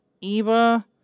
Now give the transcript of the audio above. Eva